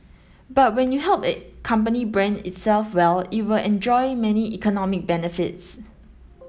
but when you help a company brand itself well it will enjoy many economic benefits